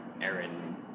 Aaron